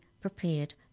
prepared